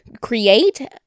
Create